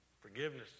Forgiveness